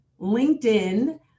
LinkedIn